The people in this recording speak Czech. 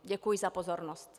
Děkuji za pozornost.